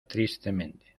tristemente